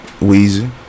Weezy